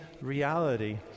reality